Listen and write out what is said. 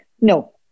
no